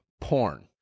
porn